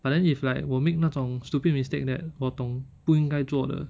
but then if like 我 make 那种 stupid mistake that 我懂不应该做的